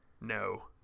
no